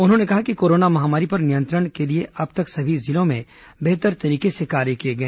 उन्होंने कहा कि कोरोना महामारी पर नियंत्रण के लिए अब तक सभी जिलों में बेहतर तरीके से कार्य किए गए